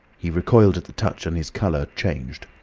he recoiled at the touch and his colour changed.